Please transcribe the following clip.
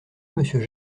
monsieur